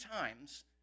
times